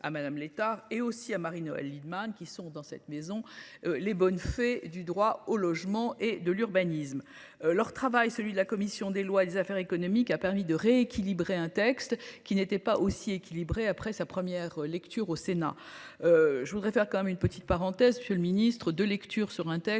à Madame, Létard et aussi à Noëlle Lienemann qui sont dans cette maison. Les bonnes fées du droit au logement et de l'urbanisme. Leur travail, celui de la commission des lois et des affaires économiques a permis de rééquilibrer un texte qui n'était pas aussi équilibré après sa première lecture au Sénat. Je voudrais faire quand même une petite parenthèse. Monsieur le Ministre de lecture sur un texte,